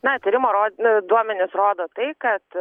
na tyrimo ro e duomenys rodo tai kad